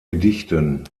gedichten